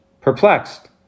perplexed